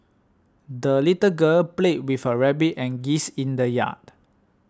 the little girl played with her rabbit and geese in the yard